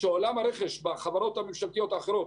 לא יקרה בעולם הרכש בחברות הממשלתיות האחרות,